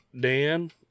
Dan